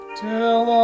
till